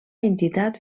entitat